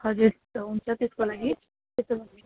हजुर हुन्छ त्यसको लागि